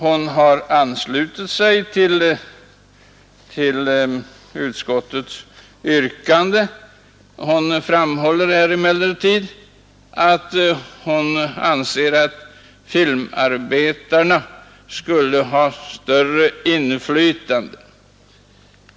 Hon har anslutit sig till utskottets yrkande, men hon anser att filmarbetarna skulle ha större inflytande.